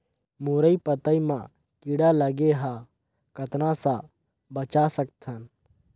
मुरई पतई म कीड़ा लगे ह कतना स बचा सकथन?